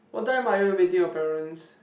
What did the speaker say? what time are you meeting your parents